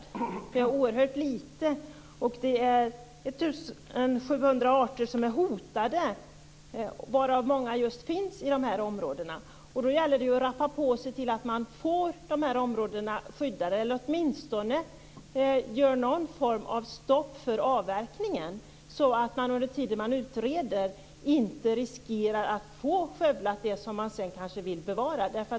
Det är oerhört litet. Det är 700 arter som är hotade. Många av dem finns i just de här områdena. Det gäller att rappa på och se till att de här områdena blir skyddade, eller att man åtminstone får någon form av stopp för avverkningen så att man inte riskerar att det som man sedan vill bevara blir skövlat under tiden man utreder.